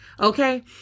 Okay